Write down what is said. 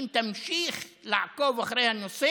ועדת הכספים,